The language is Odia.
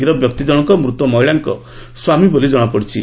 ଗିରଫ ବ୍ୟକ୍ତି ଜଶଙ୍କ ମୂତ ମହିଳାଙ୍କ ସ୍ୱାମୀ ବୋଲି ଜଶାପଡ଼ିଛି